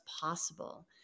possible